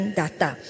data